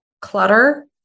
clutter